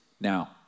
Now